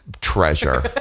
treasure